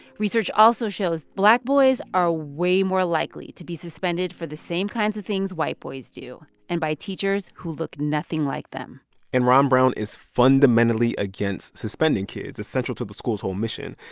research also shows black boys are way more likely to be suspended for the same kinds of things white boys do and by teachers who look nothing like them and ron brown is fundamentally against suspending kids. it's central to the school's whole mission.